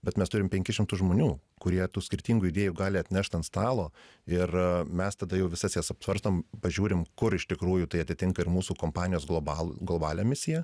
bet mes turim penkis šimtus žmonių kurie tų skirtingų idėjų gali atnešt ant stalo ir mes tada jau visas jas apsvarstom pažiūrim kur iš tikrųjų tai atitinka ir mūsų kompanijos globalų globalią misiją